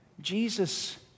Jesus